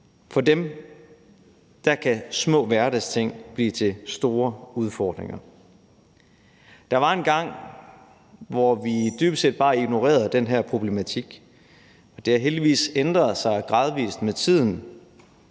For dem kan små hverdagsting blive til store udfordringer. Der var engang, hvor vi dybest set bare ignorerede den her problematik. Det har heldigvis ændret sig gradvist med tiden,